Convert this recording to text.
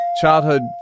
Childhood